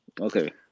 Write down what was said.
Okay